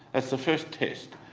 that's the first test.